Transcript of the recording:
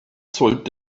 zollt